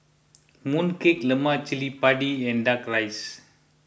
Mooncake Lemak Cili Padi and Duck Rice